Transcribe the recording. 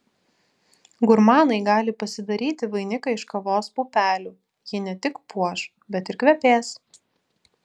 gurmanai gali pasidaryti vainiką iš kavos pupelių ji ne tik puoš bet ir kvepės